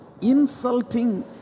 ...insulting